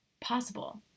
possible